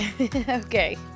Okay